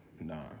nah